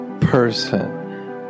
person